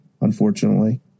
unfortunately